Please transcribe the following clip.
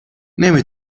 نمی